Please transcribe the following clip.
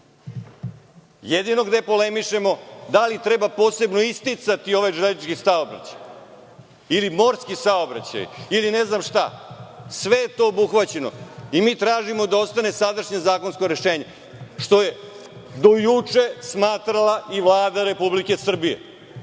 ostaje. Jedino gde polemišemo je da li treba posebno isticati ovaj železnički ili morski saobraćaj ili ne znam šta. Sve je to obuhvaćeno. Mi tražimo da ostane sadašnje zakonsko rešenje, što je do juče smatrala i Vlada Republike Srbije